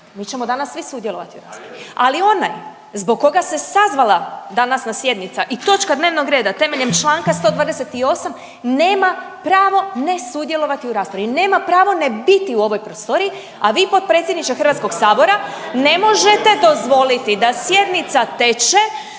Mi ćemo danas svi sudjelovati u raspravi ali onaj zbog koga se sazvala današnja sjednica i točka dnevnog reda temeljem čl. 128., nema pravo ne sudjelovati u raspravi. Nema pravo ne biti u ovoj prostoriji, a vi potpredsjedniče Hrvatskog sabora ne možete dozvoliti da sjednica teče